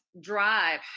drive